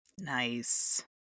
Nice